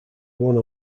one